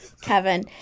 Kevin